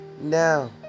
now